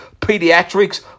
Pediatrics